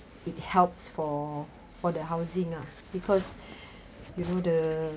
it helps for for the housing ah because you know the